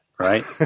right